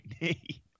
knee